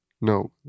No